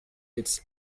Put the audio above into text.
its